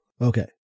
Okay